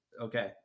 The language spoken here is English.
Okay